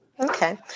okay